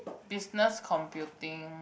business computing